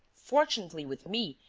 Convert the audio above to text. fortunately, with me,